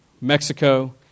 Mexico